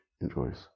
Enjoys